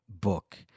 book